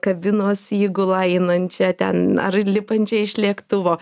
kabinos įgulą einančią ten ar lipančią iš lėktuvo